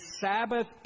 Sabbath